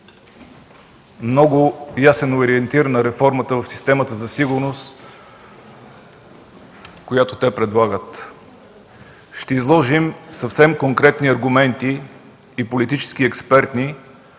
много ясен ориентир на реформата в системата за сигурност, която те предлагат. Ще изложим съвсем конкретни и политически експертни